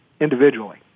individually